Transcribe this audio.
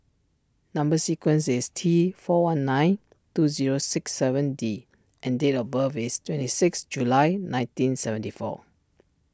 Number Sequence is T four one nine two zero six seven D and date of birth is twenty six July nineteen seventy four